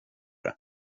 det